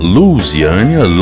Louisiana